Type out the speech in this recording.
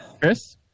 Chris